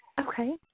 Okay